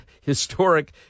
historic